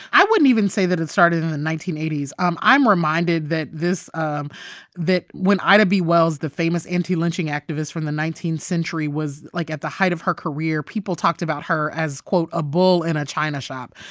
i wouldn't even say that it started in the nineteen eighty s. um i'm reminded that this um that when ida b. wells, the famous anti-lynching activist from the nineteenth century was, like, at the height of her career, people talked about her as, quote, a bull in a china shop.